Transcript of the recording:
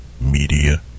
Media